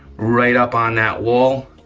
right up on that wall,